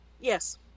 yes